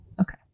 Okay